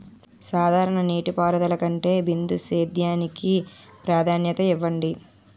సాధారణ నీటిపారుదల కంటే బిందు సేద్యానికి ప్రాధాన్యత ఇవ్వండి